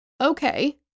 Okay